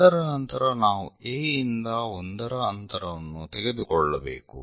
ಅದರ ನಂತರ ನಾವು A ಯಿಂದ 1 ರ ಅಂತರವನ್ನು ತೆಗೆದುಕೊಳ್ಳಬೇಕು